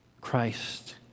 Christ